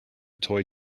toy